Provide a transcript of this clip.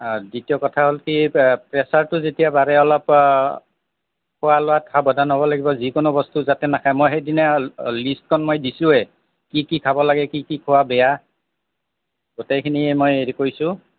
দ্বিতীয় কথা হ'ল কি পে প্ৰেচাৰটো যেতিয়া বাঢ়ে অলপ খোৱা লোৱাত সাৱধান হ'ব লাগিব যিকোনো বস্তু যাতে নাখায় মই সেইদিনা লিষ্টখন মই দিছোঁৱেই কি কি খাব লাগে কি কি খোৱা বেয়া গোটেইখিনি মই হেৰি কৰিছোঁ